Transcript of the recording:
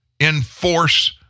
enforce